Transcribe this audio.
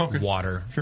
water